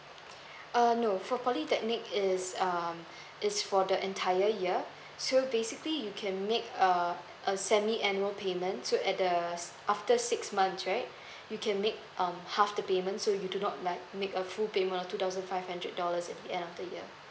mm no for polytechnic is um it's for the entire year so basically you can make a a semi annual payment to at the after six months right you can make um half the payment so you do not like make a full payment of two thousand five hundred dollars a year of the year